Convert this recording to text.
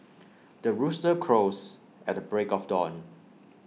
the rooster crows at the break of dawn